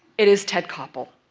it is ted koppel.